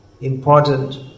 important